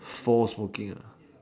fold smoking